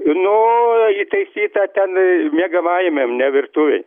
nu įtaisyta ten miegamajame ne virtuvėj